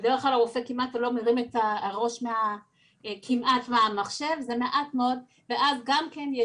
בדרך כלל הרופא כמעט ולא מרים את הראש מהמחשב ואז בשלב הראשון יש